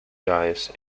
guys